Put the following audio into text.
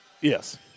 Yes